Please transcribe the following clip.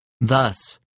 Thus